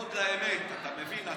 כבוד לאמת, אתה מבין.